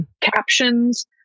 captions